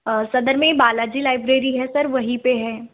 सदर में बालाजी लाइब्रेरी है सर वहीं पर है